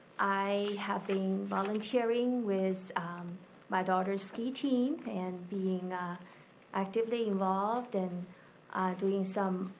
i have been volunteering with my daughter's ski team and being actively involved and doing some,